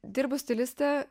dirbu stiliste